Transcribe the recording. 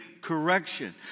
correction